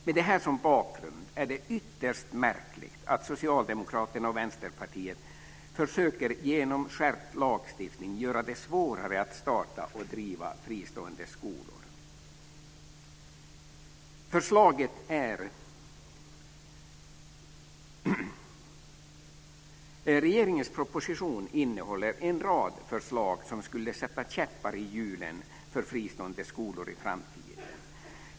Med detta som bakgrund är det ytterst märkligt att Socialdemokraterna och Vänsterpartiet genom skärpt lagstiftning försöker göra det svårare att starta och driva fristående skolor. Regeringens proposition innehåller en rad förslag som skulle sätta käppar i hjulen för fristående skolor i framtiden.